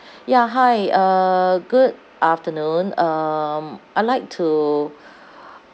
ya hi uh good afternoon um I'd like to